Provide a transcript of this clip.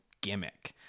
gimmick